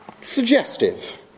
suggestive